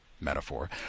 Metaphor